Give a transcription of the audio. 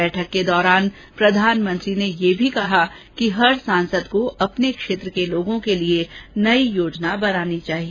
बैठक के दौरान प्रधान मंत्री ने यह भी कहा कि प्रत्येक सांसद को अपने क्षेत्र के लोगों के लिए नई योजना बनानी चाहिए